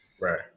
Right